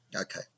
Okay